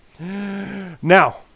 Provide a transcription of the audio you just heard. Now